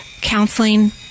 counseling